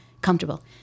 comfortable